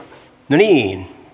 no niin